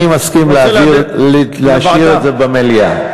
אני מסכים להשאיר את זה במליאה.